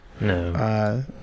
No